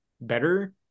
better